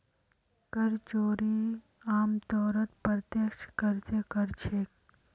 कर चोरी आमतौरत प्रत्यक्ष कर स कर छेक